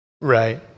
right